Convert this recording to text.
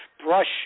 Brush